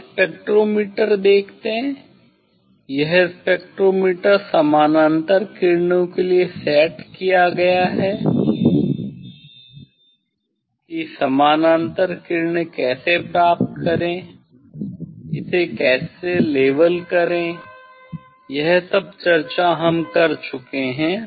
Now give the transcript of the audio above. हम स्पेक्ट्रोमीटर देखते हैं यह स्पेक्ट्रोमीटर समानांतर किरणों के लिए सेट किया गया है कि समानांतर किरणें कैसे प्राप्त करें इसे कैसे लेवल करें यह सब चर्चा हम कर चुके हैं